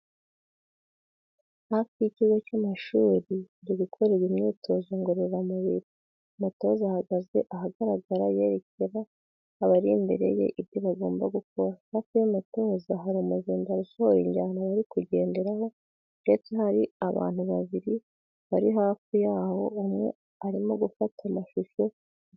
Hafi y'inyubako z'ikigo cy'amashuri hari gukorerwa imyitozo ngororamubir, umutoza ahagaze ahagaragara yerekera abari imbere ye ibyo bagomba gukora hafi y'umutoza hari umuzindaro usohora injyana bari kugenderaho ndetse hari abantu babiri bari hafi yawo umwe arimo gufata amashusho akoresheje telefoni.